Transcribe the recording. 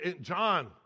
John